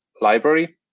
library